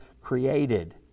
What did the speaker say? created